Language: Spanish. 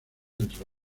entre